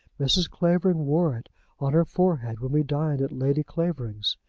mrs. clavering wore it on her forehead when we dined at lady clavering's.